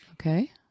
Okay